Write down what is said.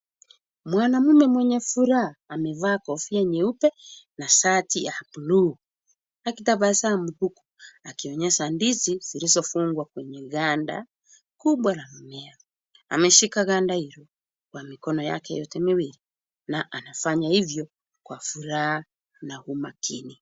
Mwanamume mwenye furaha, amevaa kofia nyeupe, na shati ya bluu. Akitabasamu, huku akionyesha ndizi zilizofungwa kwenye ganda kubwa la mimea. Ameshika ganda hilo kwa mikono yake yote miwili, na anafanya hivyo kwa furaha na umakini.